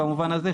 במובן הזה,